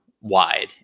wide